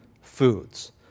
foods